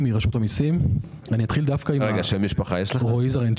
יפתח עשהאל מאגף